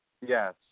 Yes